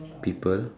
people